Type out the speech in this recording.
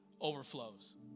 overflows